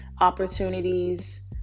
opportunities